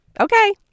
Okay